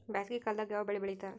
ಬ್ಯಾಸಗಿ ಕಾಲದಾಗ ಯಾವ ಬೆಳಿ ಬೆಳಿತಾರ?